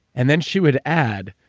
and then, she would add,